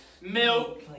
milk